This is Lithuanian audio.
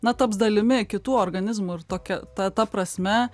na taps dalimi kitų organizmų ir tokia ta ta prasme